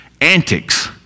antics